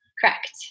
Correct